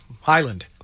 highland